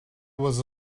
was